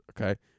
Okay